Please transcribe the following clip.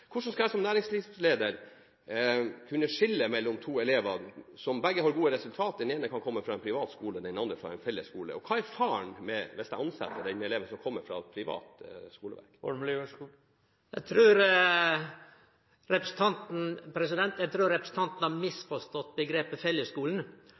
Hvordan skal jeg som næringslivsleder kunne skille mellom to elever som begge har gode resultater, den ene kan komme fra en privat skole og den andre fra en fellesskole? Og hva er faren hvis jeg ansetter den eleven som kommer fra